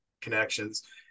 connections